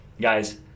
guys